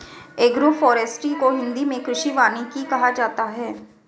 agroforestry को हिंदी मे कृषि वानिकी कहा जाता है